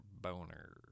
Boner